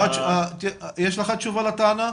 יש לך תשובה לטענה?